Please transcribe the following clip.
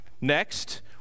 Next